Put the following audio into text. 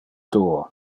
duo